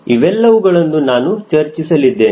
ಇವೆಲ್ಲವುಗಳನ್ನು ನಾವು ಚರ್ಚಿಸಲಿದ್ದೇವೆ